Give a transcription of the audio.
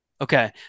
Okay